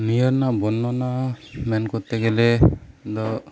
ᱱᱤᱭᱟᱹ ᱨᱮᱱᱟᱜ ᱵᱚᱨᱱᱚᱱᱟ ᱢᱮᱱ ᱠᱚᱨᱛᱮ ᱜᱮᱞᱮ ᱫᱚ